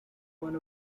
one